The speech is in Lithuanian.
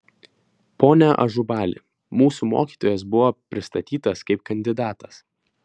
pone ažubali mūsų mokytojas buvo pristatytas kaip kandidatas